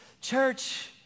church